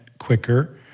quicker